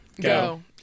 Go